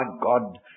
God